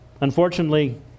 Unfortunately